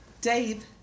Dave